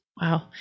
Wow